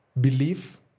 belief